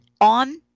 on